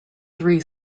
three